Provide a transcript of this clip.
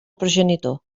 progenitor